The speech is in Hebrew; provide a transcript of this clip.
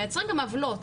מייצרים גם עוולות.